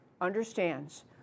understands